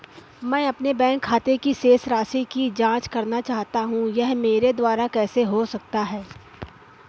मैं अपने बैंक खाते की शेष राशि की जाँच करना चाहता हूँ यह मेरे द्वारा कैसे हो सकता है?